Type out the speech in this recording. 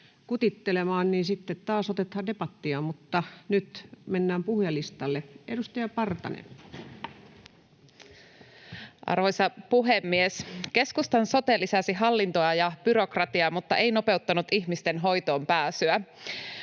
kutittelemaan, niin sitten taas otetaan debattia, mutta nyt mennään puhujalistalle. — Edustaja Partanen. Arvoisa puhemies! Keskustan sote lisäsi hallintoa ja byrokratiaa mutta ei nopeuttanut ihmisten hoitoonpääsyä.